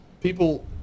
people